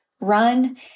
run